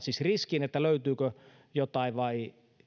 siis riskin löytyykö jotain vai